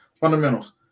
fundamentals